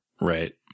Right